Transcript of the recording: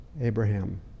Abraham